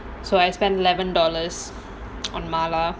so I spent eleven dollars on mala